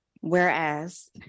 Whereas